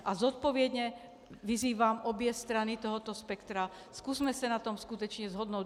A zodpovědně vyzývám obě strany tohoto spektra, zkusme se na tom skutečně shodnout.